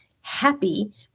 happy